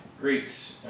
Greeks